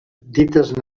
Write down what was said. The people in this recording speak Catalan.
dites